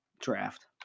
draft